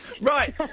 Right